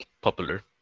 popular